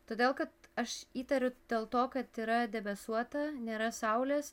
todėl kad aš įtariu dėl to kad yra debesuota nėra saulės